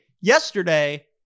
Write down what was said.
yesterday